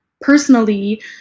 personally